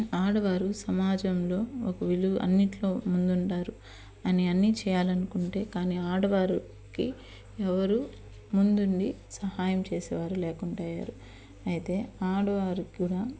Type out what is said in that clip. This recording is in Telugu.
ఆడవారు సమాజంలో ఒక విలువ అన్నిటిలో ముందుంటారు అని అన్నీ చేయాలి అనుకుంటే కానీ ఆడవారికి ఎవరూ ముందుండి సహాయం చేసేవారు లేకుండా అయ్యారు అయితే ఆడవారికి కూడా